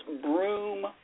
broom